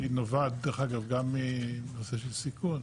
שהיא נובעת דרך אגב, גם מנושא של סיכון,